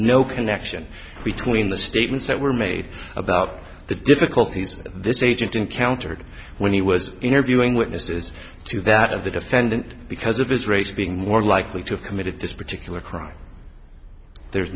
no connection between the statements that were made about the difficulties that this agent encountered when he was interviewing witnesses to that of the defendant because of his race being more likely to commit this particular crime